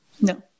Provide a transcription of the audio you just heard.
No